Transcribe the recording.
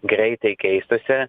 greitai keistųsi